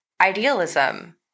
idealism